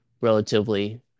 relatively